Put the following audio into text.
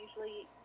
usually